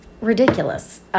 ridiculous